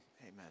amen